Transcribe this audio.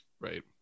Right